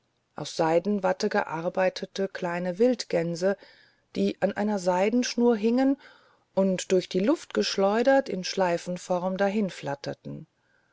aus seidenwatte gearbeitete kleine wildgänse die an einer seidenschnur hingen und durch die luft geschleudert in schleifenform